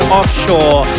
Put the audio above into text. Offshore